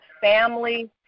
Family